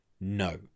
no